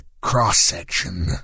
cross-section